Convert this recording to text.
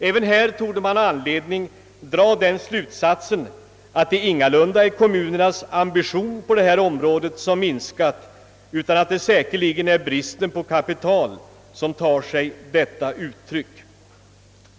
Även här torde man ha anledning dra slutsatsen att det ingalunda är kommunernas ambition som minskat, utan att det säkerligen är bristen på kapital som tar sig detta uttryck.